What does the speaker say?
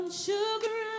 sugar